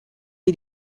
sie